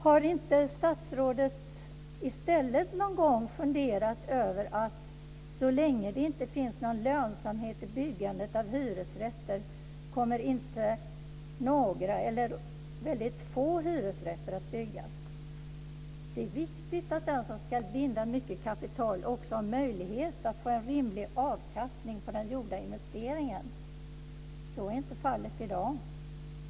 Har inte statsrådet i stället någon gång funderat över att så länge det inte finns någon lönsamhet i byggandet av hyresrätter kommer inte några, eller väldigt få, hyresrätter att byggas? Det är viktigt att den som ska binda mycket kapital också har möjlighet att få en rimlig avkastning på den gjorda investeringen. Så är inte fallet i dag.